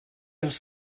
els